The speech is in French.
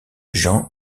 jean